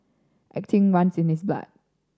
acting runs in his blood